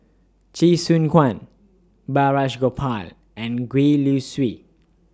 Chee Soon Guan Balraj Gopal and Gwee Li Sui